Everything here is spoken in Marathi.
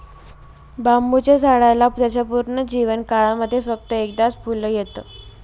बांबुच्या झाडाला त्याच्या पूर्ण जीवन काळामध्ये फक्त एकदाच फुल येत